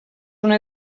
una